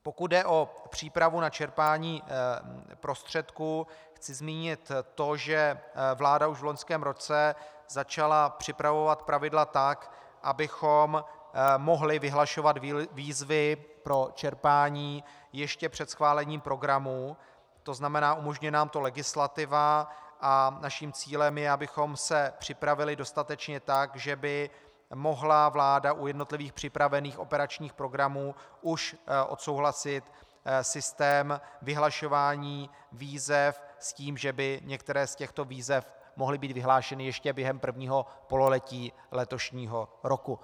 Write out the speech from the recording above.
Pokud jde o přípravu na čerpání prostředků, chci zmínit to, že vláda už v loňském roce začala připravovat pravidla tak, abychom mohli vyhlašovat výzvy pro čerpání ještě před schválením programu, to znamená umožní nám to legislativa, a naším cílem je, abychom se připravili dostatečně tak, že by mohla vláda u jednotlivých připravených operačních programů už odsouhlasit systém vyhlašování výzev s tím, že by některé z těchto výzev mohly být vyhlášeny ještě během prvního pololetí letošního roku.